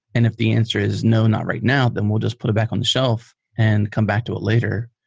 and if the answer is no, not right now, then we'll just put it back on the shelf and come back to it later.